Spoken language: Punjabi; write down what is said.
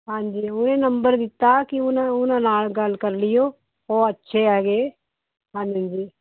ਹਾਂਜੀ ਉਹਨੇ ਨੰਬਰ ਦਿੱਤਾ ਕਿ ਉਹਨਾਂ ਨਾਲ ਗੱਲ ਕਰ ਲਈਓ ਉਹ ਅੱਛੇ ਹੈਗੇ ਹਾਂਜੀ ਜੀ